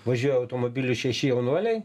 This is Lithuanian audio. važiuoja automobiliu šeši jaunuoliai